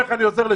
לאירה,